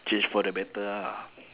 change for the better ah